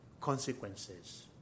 consequences